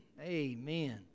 Amen